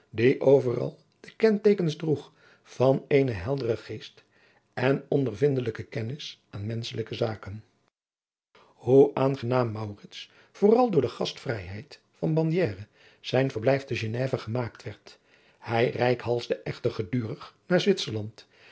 die overal de kenteekens droeg van eenen helderen geest en ondervindelijke kennis aan menschelijke zaken hoe aangenaam maurits vooral door de gastvrijheid van bandiere zijn verblijf te geneve gemaakt werd hij reikhalsde echter gedurig naar zwitserland